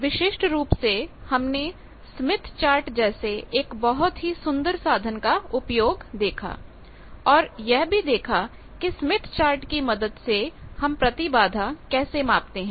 विशिष्ट रूप से हमने स्मिथ चार्ट जैसे एक बहुत ही सुंदर साधन का उपयोग दिखा और यह भी देखा कि स्मिथ चार्ट की मदद से हम प्रतिबाधा कैसे मापते हैं